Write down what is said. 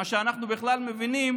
מה שאנחנו בכלל מבינים